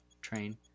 train